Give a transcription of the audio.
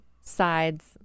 sides